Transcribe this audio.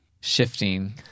shifting